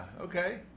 okay